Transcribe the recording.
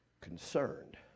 Concerned